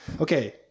Okay